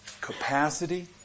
capacity